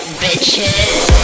bitches